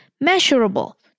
Measurable